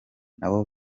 nabo